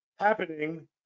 Happening